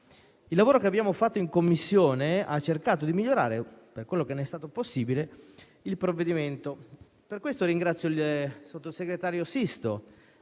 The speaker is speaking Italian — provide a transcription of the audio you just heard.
Il lavoro che abbiamo svolto in sede di Commissione ha cercato di migliorare, per quello che è stato possibile, il provvedimento. Per questo ringrazio il sottosegretario Sisto